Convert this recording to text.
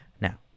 Now